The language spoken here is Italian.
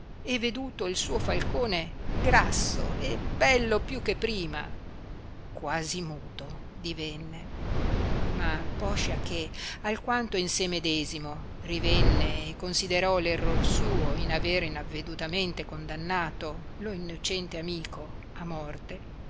e veduto il suo faicone grasso e bello più che prima quasi muto divenne ma poscia che alquanto in se medesimo rivenne e considerò l'error suo in aver inavvedutamente condannato lo innocente amico a morte